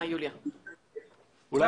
אני חושב